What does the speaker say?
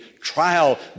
trial